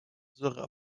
durera